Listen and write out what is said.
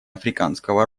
африканского